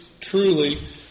truly